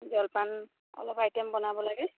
জলপান অলপ আইটেম বনাব লাগে